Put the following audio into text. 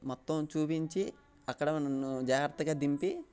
మొత్తం చూపించి అక్కడ నన్ను జాగ్రత్తగా దింపి